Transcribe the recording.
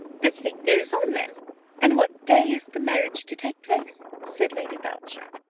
the thing goes on then and what day is the marriage to take place? said lady boucher.